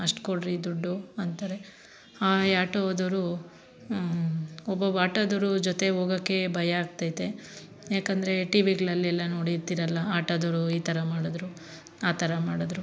ಅಷ್ಟು ಕೊಡಿರಿ ದುಡ್ಡು ಅಂತಾರೆ ಈ ಆಟೋದವರು ಒಬ್ಬೊಬ್ಬ ಆಟೋದವರ ಜೊತೆ ಹೋಗೋಕ್ಕೆ ಭಯ ಆಗ್ತೈತೆ ಯಾಕೆಂದರೆ ಟಿವಿಗಳಲ್ಲೆಲ್ಲ ನೋಡಿ ಇರ್ತೀರಲ್ಲ ಆಟೋದವರು ಈ ಥರ ಮಾಡಿದರು ಆ ಥರ ಮಾಡಿದರು